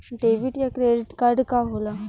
Debit या credit card का होला?